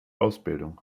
ausbildung